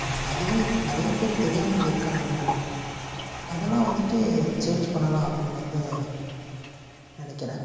என்ன அதுவே நிறைய பேர் தெரியாமல் இங்கே இருக்காங்க இன்னுமே அதெலாம் வந்துட்டு சேஞ்ச் பண்ணலாம் அப்படினு வந்து நினக்கிறேன்